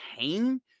pain